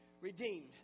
redeemed